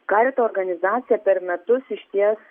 karito organizacija per metus išties